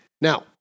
Now